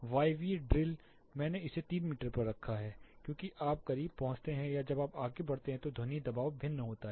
वायवीय ड्रिल मैंने इसे 3 मीटर पर रखा है क्योंकि आप करीब पहुंचते हैं या जब आप आगे बढ़ते हैं तो ध्वनि दबाव भिन्न होता है